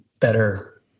better